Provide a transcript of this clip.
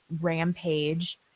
rampage